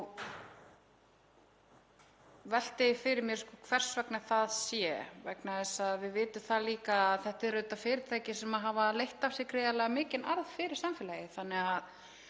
velti fyrir mér hvers vegna það sé. Við vitum það líka að þetta eru fyrirtæki sem hafa leitt af sér gríðarlega mikinn arð fyrir samfélagið þannig að